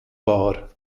war